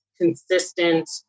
consistent